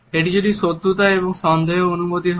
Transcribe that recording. এটি যদি শত্রুতা এবং সন্দেহের অনুভূতি হয়